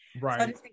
Right